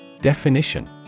Definition